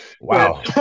wow